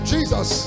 Jesus